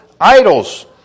idols